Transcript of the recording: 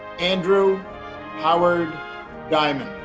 andrew howard diamond.